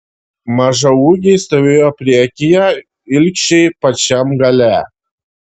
mažaūgiai stovėjo priekyje ilgšiai pačiam gale